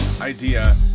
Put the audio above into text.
idea